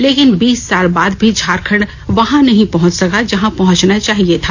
लेकिन बीस साल बाद भी झारखंड वहां नहीं पहंच सका जहां पहंचना चाहिए था